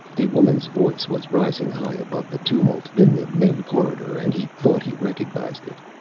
a woman's voice was rising high above the tumult in the main corridor, and he thought he recognized it.